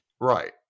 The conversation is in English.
Right